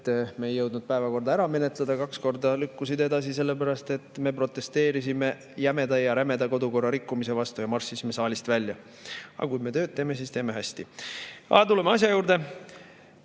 me ei jõudnud päevakorda ära menetleda, kaks korda lükkusid edasi selle pärast, et me protesteerisime jämeda ja rämeda kodukorra rikkumise vastu ja marssisime saalist välja. Aga kui me tööd teeme, siis teeme seda hästi. Aga tuleme asja juurde.